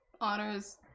Honors